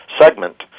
segment